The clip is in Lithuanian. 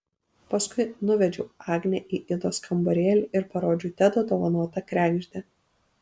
paskui nuvedžiau agnę į idos kambarėlį ir parodžiau tedo dovanotą kregždę